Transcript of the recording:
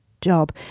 job